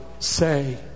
Say